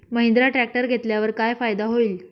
Mahindra tractor घेतल्यावर काय फायदा होईल?